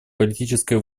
политической